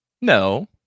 no